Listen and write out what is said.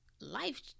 Life